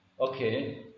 Okay